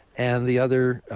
and the other